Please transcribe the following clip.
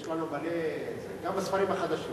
יש לנו מלא, גם בספרים החדשים.